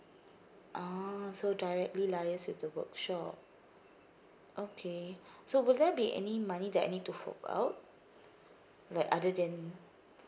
ah so directly liaise with the workshop okay so will there be any money that I need to fork out like other than